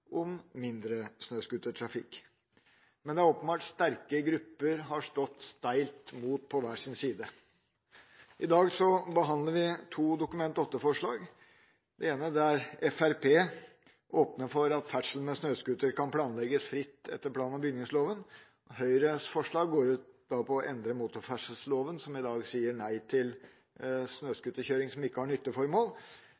om å få lov til å kjøre mer scooter, men samtidig viser meningsmålingene at det faktisk er et flertall i utkantkommuner – også i forsøkskommunene – som ønsker mindre snøscootertrafikk. Det er åpenbart at sterke grupper har stått på hver sin side og steilt mot hverandre. I dag behandler vi to Dokument 8-forslag, det ene der Fremskrittspartiet åpner for at ferdsel med snøscooter kan planlegges fritt etter plan- og